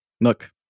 Look